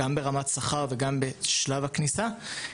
גם ברמת שכר וגם בשלב הכניסה,